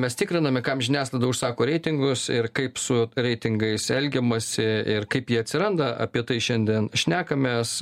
mes tikriname kam žiniasklaida užsako reitingus ir kaip su reitingais elgiamasi ir kaip jie atsiranda apie tai šiandien šnekamės